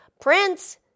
prince